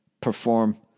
perform